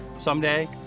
someday